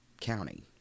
county